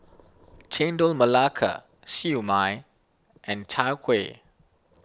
Chendol Melaka Siew Mai and Chai Kuih